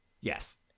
Yes